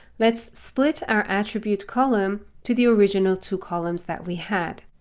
let's split our attribute column to the original two columns that we had.